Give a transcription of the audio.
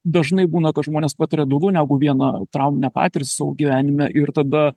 dažnai būna kad žmonės patiria daugiau negu vieną trauminę patirtį savo gyvenime ir tada